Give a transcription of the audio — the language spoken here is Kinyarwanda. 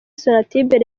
sonatubes